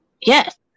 Yes